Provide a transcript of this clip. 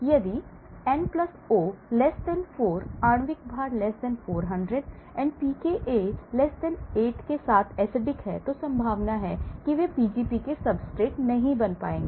यदि N O 4 आणविक भार 400 pKa 8 के साथ एसिड तो संभावना है कि वे Pgp सब्सट्रेट नहीं होंगे